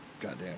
goddamn